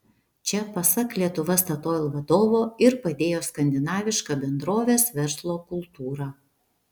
čia pasak lietuva statoil vadovo ir padėjo skandinaviška bendrovės verslo kultūra